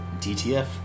DTF